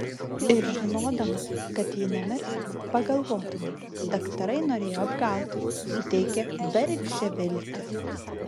ir žinodamas kad ji nemirs pagalvotumei daktarai norėjo apgauti suteikė bergždžią viltį